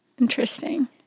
Interesting